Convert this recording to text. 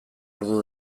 ordu